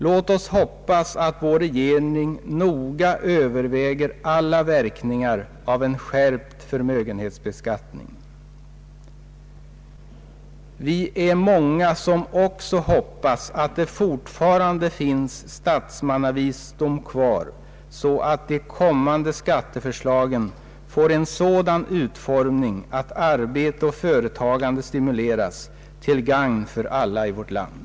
Låt oss hoppas att vår regering noga överväger alla verkningar av en skärpt förmögenhetsbeskattning. Vi är många som också hoppas att det fortfarande finns statsmannavisdom kvar så att de kommande skatteförslagen får en sådan utformning att arbete och företagande stimuleras till gagn för alla i vårt land.